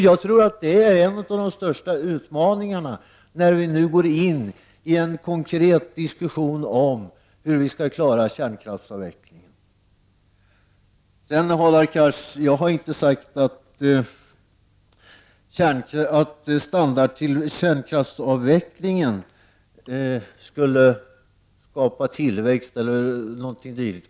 Jag tror att det är en av de största utmaningarna när vi nu går in i en konkret diskussion om hur vi skall klara kärnkraftsavvecklingen. Hadar Cars! Jag har inte sagt att kärnkraftsavvecklingen skulle skapa tillväxt eller något dylikt.